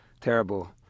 terrible